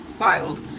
wild